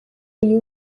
uyu